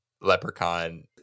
Leprechaun